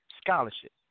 scholarship